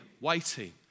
waiting